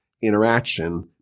interaction